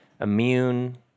immune